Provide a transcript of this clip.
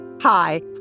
Hi